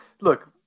look